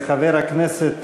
דיון בוועדה?